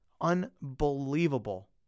unbelievable